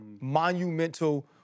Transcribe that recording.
monumental